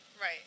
Right